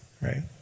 right